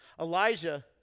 Elijah